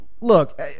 Look